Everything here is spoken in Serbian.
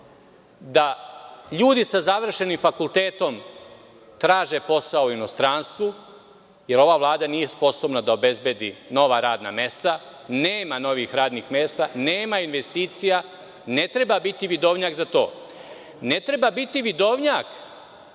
da ljudi sa završenim fakultetom traže posao u inostranstvu, jer ova Vlada nije sposobna da obezbedi nova radna mesta, nema novih radnih mesta, nema investicija, ne treba biti vidovnjak za to. Ne treba biti vidovnjak